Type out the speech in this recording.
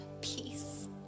peace